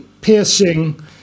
piercing